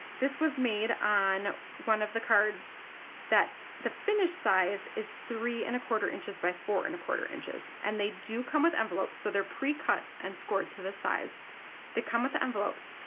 this was made on one of the cards that the finished size is three and a quarter inches by four and a quarter inches and they do come with envelopes so they're pre-cut and scored to the size they come with the envelopes.